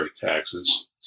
taxes